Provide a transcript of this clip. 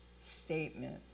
statement